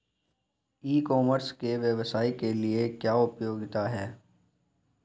ई commerce के व्यवसाय के लिए क्या उपयोगिता है?